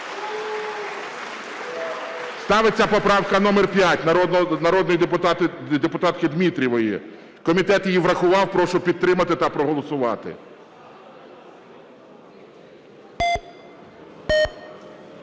Ставиться поправка номер 5 народної депутатки Дмитрієвої. Комітет її врахував. Прошу підтримати та проголосувати.